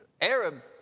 Arab